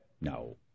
No